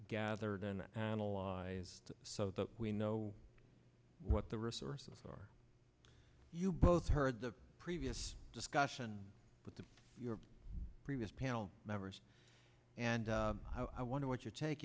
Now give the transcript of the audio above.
gathered and analyzed so that we know what the resources are you both heard the previous discussion with the your previous panel members and i wonder what your take